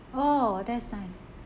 oh that's nice